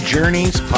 Journeys